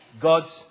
God's